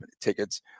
tickets